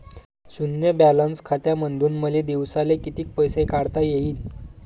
शुन्य बॅलन्स खात्यामंधून मले दिवसाले कितीक पैसे काढता येईन?